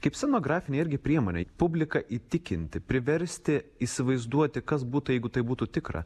kaip scenografinė irgi priemonė publiką įtikinti priversti įsivaizduoti kas būtų jeigu tai būtų tikra